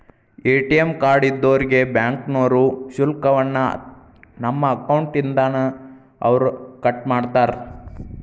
ATM card ಇದ್ದೋರ್ಗೆ ಬ್ಯಾಂಕ್ನೋರು ಶುಲ್ಕವನ್ನ ನಮ್ಮ ಅಕೌಂಟ್ ಇಂದಾನ ಅವ್ರ ಕಟ್ಮಾಡ್ತಾರ